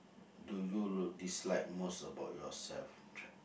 do you l~ dislike most about yourself